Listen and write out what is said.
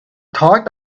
thought